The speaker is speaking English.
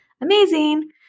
Amazing